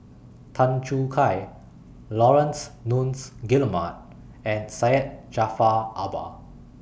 Tan Choo Kai Laurence Nunns Guillemard and Syed Jaafar Albar